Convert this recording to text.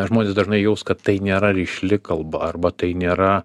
žmonės dažnai jaus kad tai nėra rišli kalba arba tai nėra